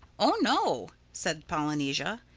oh no, said polynesia.